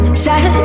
sad